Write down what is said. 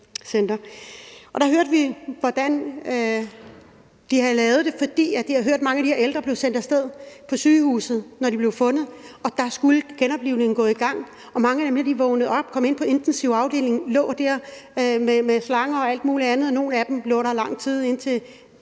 og der hørte vi, hvordan de havde lavet det. For de havde hørt om, at mange af de her ældre blev sendt af sted på sygehuset, når de blev fundet, og der skulle genoplivningen gå i gang, og mange vågnede op og kom ind på intensiv afdeling og lå der med slanger og alt muligt andet. Nogle af dem lå der lang tid, indtil